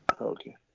Okay